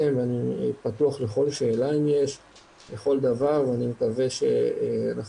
יש לי סבא שהיה חבר כנסת.